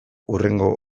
hurrengo